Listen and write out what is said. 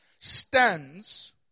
Stands